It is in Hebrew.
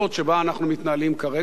שבה אנחנו מתנהלים כרגע,